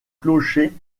clocher